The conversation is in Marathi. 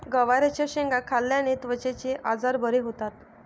गवारच्या शेंगा खाल्ल्याने त्वचेचे आजार बरे होतात